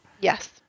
Yes